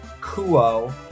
Kuo